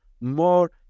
more